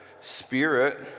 spirit